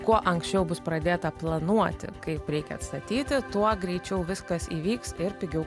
kuo anksčiau bus pradėta planuoti kaip reikia atstatyti tuo greičiau viskas įvyks ir pigiau